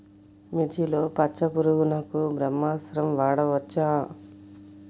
మిర్చిలో పచ్చ పురుగునకు బ్రహ్మాస్త్రం వాడవచ్చా?